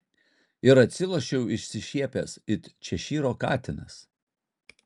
ir atsilošiau išsišiepęs it češyro katinas